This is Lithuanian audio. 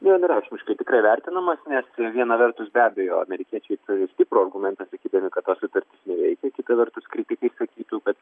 vienareikšmiškai tikrai vertinamas nes viena vertus be abejo amerikiečiai turi stiprų argumentą sakydami kad ta sutartis neveikia kitą vertus kritikai sakytų kad